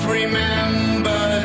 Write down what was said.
remember